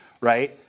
right